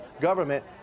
government